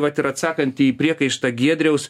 vat ir atsakant į priekaištą giedriaus